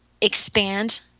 expand